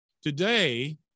Today